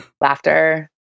Laughter